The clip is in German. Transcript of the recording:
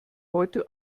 heute